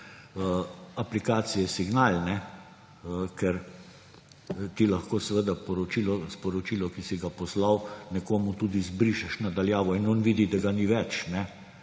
aplikacije Signal, kjer ti lahko seveda sporočilo, ki si ga poslal nekomu, tudi izbrišeš na daljavo in on vidi, da ga ni več